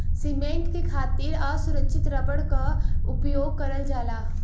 cement के खातिर असुरछित रबर क उपयोग करल जाला